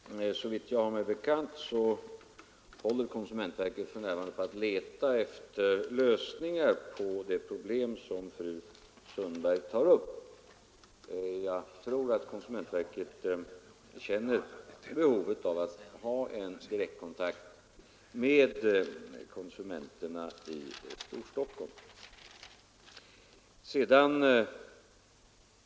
Herr talman! Såvitt jag har mig bekant håller konsumentverket för närvarande på att leta efter lösningar på det problem som fru Sundberg här har tagit upp. Jag tror att man på konsumentverket känner behov av att ha direktkontakt med konsumenterna i Storstockholm.